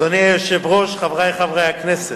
אדוני היושב-ראש, חברי חברי הכנסת,